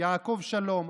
יעקב שלום,